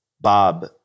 Bob